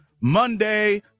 monday